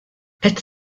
qed